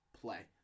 play